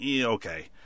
okay